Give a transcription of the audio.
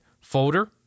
folder